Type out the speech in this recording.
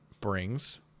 brings